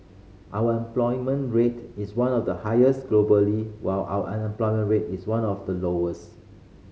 our employment rate is one of the highest globally while our unemployment rate is one of the lowest